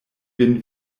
vin